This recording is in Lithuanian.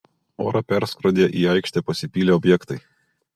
orą perskrodė į aikštę pasipylę objektai